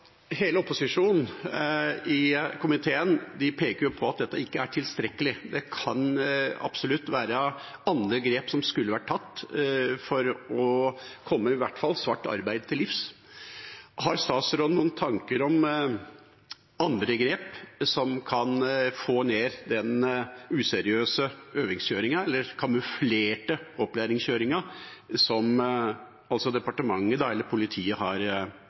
Hele opposisjonen i komiteen peker på at dette ikke er tilstrekkelig. Det kan absolutt være andre grep som skulle vært tatt for å komme i hvert fall svart arbeid til livs. Har statsråden noen tanker om andre grep som kan få ned den useriøse øvingskjøringen eller